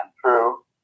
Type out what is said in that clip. true